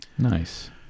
Nice